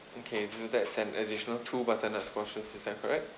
okay tha~ that's an additional two butternut squashes is that correct